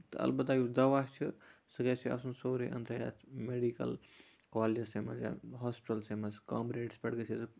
تہٕ اَلبتہ یُس دوا چھُ سُہ گژھِ آسُن سورُے أندرَے اَتھ میڈِکَل کالجَسٕے منٛز یا ہاسپِٹَلسٕے منٛز کم ریٹَس پٮ۪ٹھ گژھِ ہے سُہ